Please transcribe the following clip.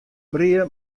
brea